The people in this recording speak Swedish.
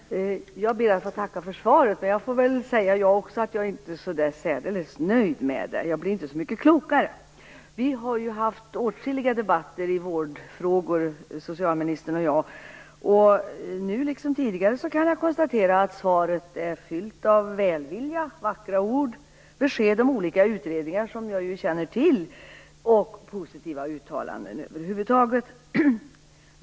Fru talman! Jag ber att få tacka för svaret. Jag är inte särdeles nöjd med det och blev inte så mycket klokare. Socialministern och jag har haft åtskilliga debatter i vårdfrågor. Nu, liksom tidigare, kan jag konstatera att svaret är fyllt av välvilja, vackra ord, besked om olika utredningar, som jag känner till, och positiva uttalanden över huvud taget.